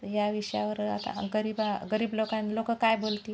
या विषयावर आता गरीबा गरीब लोकां लोकं काय बोलतील